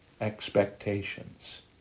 expectations